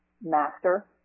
master